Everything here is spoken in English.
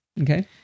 Okay